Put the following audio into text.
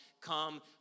come